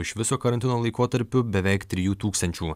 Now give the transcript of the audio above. iš viso karantino laikotarpiu beveik trijų tūkstančių